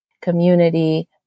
community